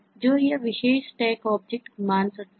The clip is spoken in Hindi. जो यह विशेष Stack ऑब्जेक्ट मान सकता है